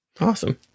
Awesome